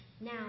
Now